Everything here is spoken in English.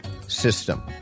system